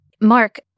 Mark